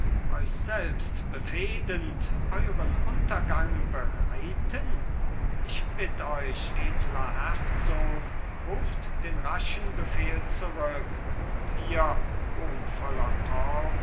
euch selbst befehdend euren untergang bereiten ich bitt euch edler herzog ruft den raschen befehl zurück und ihr